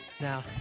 Now